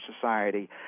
society